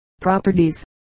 Properties